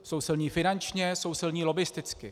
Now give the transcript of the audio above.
Jsou silní finančně, jsou silní lobbisticky.